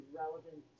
relevant